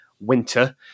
winter